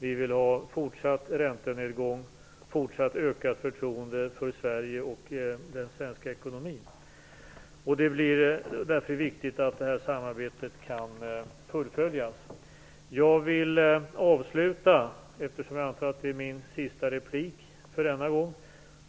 Vi vill ha fortsatt räntenedgång, fortsatt ökat förtroende för Sverige och den svenska ekonomin. Det blir viktigt att samarbetet kan fullföljas. Jag antar att det är min sista replik för denna gång.